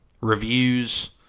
reviews